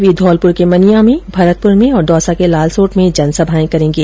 वे धौलपुर के मनिया में भरतपुर में और दौसा के लालसोट में जनसभा करेंगे